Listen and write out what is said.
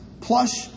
plush